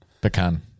Pecan